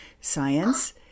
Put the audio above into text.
science